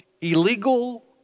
illegal